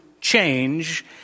change